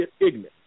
ignorant